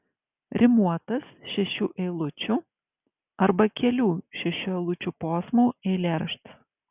rimuotas šešių eilučių arba kelių šešių eilučių posmų eilėraštis